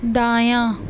دایاں